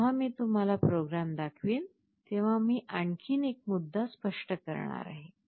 जेव्हा मी तुम्हाला प्रोग्राम दाखवीन तेव्हा मी आणखी एक मुद्दा स्पष्ट करणार आहे